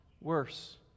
worse